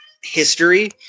history